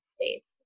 States